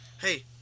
hey